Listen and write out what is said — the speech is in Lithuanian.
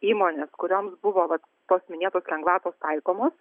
įmonės kurioms buvo tos minėtos lengvatos taikomos